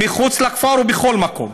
מחוץ לכפר ובכל מקום.